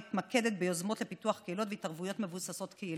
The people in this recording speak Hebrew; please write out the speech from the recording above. והיא מתמקדת ביוזמות לפיתוח קהילות והתערבויות מבוססות קהילה.